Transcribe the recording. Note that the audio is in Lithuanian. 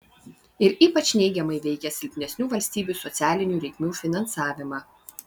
ir ypač neigiamai veikia silpnesnių valstybių socialinių reikmių finansavimą